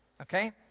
Okay